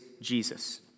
Jesus